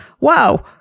wow